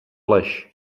lež